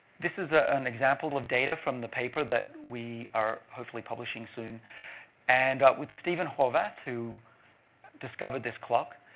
this is ah an example of data from the paper that we are hopefully publishing soon and with steven horvath, who discovered this clock.